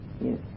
Yes